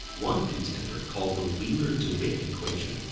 one contender called the wheeler-dewitt equation,